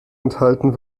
enthalten